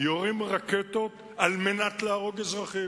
יורים רקטות על מנת להרוג אזרחים.